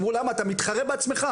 אמרו למה אתה מתחרה בעצמך?